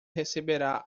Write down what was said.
receberá